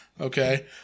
Okay